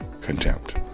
contempt